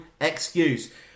excuse